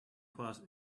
what